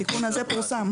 התיקון הזה פורסם.